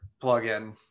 plug-in